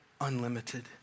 unlimited